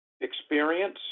experience